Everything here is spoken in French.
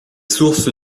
sources